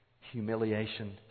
humiliation